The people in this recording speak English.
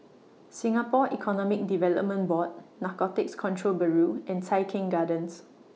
Singapore Economic Development Board Narcotics Control Bureau and Tai Keng Gardens